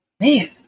Man